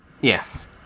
Yes